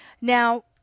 Now